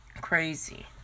Crazy